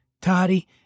toddy